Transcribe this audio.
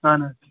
اَہَن حظ